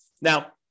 Now